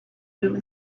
move